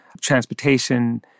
transportation